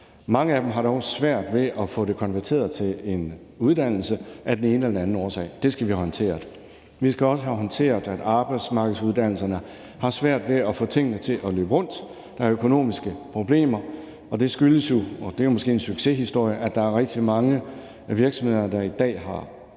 Mange af dem har dog svært ved at få det konverteret til en uddannelse af den ene eller den anden årsag. Det skal vi håndtere, og vi skal også have håndteret, at arbejdsmarkedsuddannelserne har svært ved at få tingene til at løbe rundt. Der er økonomiske problemer, og det skyldes jo – og det er måske en succeshistorie – at der er rigtig mange af virksomhederne, der i dag har